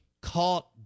caught